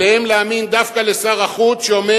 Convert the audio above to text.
עליהם להאמין דווקא לשר החוץ שאומר